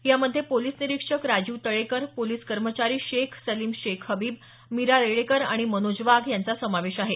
यामध्ये पोलीस निरीक्षक राजीव तळेकर पोलीस कर्मचारी शेख सलीम शेख हबीब मीरा रेडेकर आणि मनोज वाघ यांचा समावेश आहे